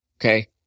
Okay